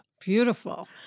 Beautiful